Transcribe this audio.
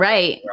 Right